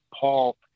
Paul